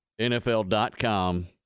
NFL.com